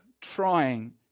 trying